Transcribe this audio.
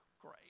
Great